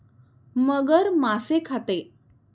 मगर मासे खाते